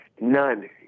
none